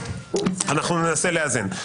ננסה לאזן.